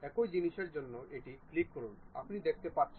একই জিনিসটির জন্য এটি ক্লিক করুন আপনি দেখতে পাচ্ছেন